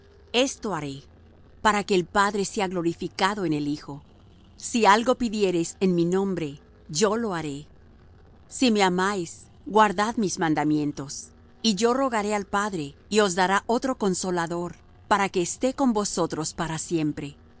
esto haré para que el padre sea glorificado en el hijo si algo pidiereis en mi nombre yo lo haré si me amáis guardad mis mandamientos y yo rogaré al padre y os dará otro consolador para que esté con vosotros para siempre